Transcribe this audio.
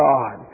God